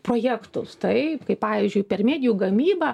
projektus taip kaip pavyzdžiui per medijų gamyba